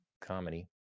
comedy